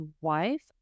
wife